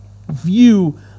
view